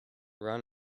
run